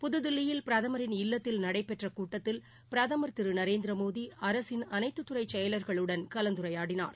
புதுதில்லியில் பிரதமரின் இல்லத்தில் நடைபெற்றகூட்டத்தில் பிரதமர் திருநரேந்திரமோடி அரசின் அனைத்துதுறைசெயலாளர்களுடன் கலந்துரையாடினார்